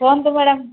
କୁହନ୍ତୁ ମ୍ୟାଡମ୍